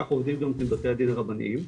כך עובדים גם בתי הדין הרבניים.